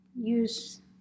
use